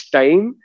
time